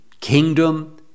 kingdom